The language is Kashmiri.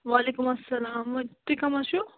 وعلیکُم اسلام تُہۍ کٕم حظ چھُو